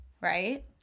right